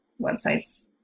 websites